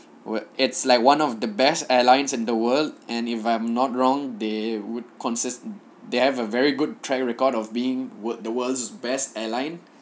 it's like one of the best airlines in the world and if I'm not wrong they would consi~ they have a very good track record of being world the world's best airline